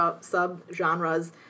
sub-genres